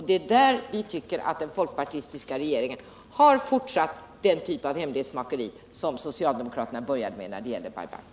Det är där vi tycker att den folkpartistiska regeringen har fortsatt med den typ av hemlighetsmakeri som socialdemokraterna började med när det gäller Bai Bang.